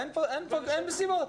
אין פה, אין מסיבות.